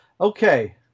okay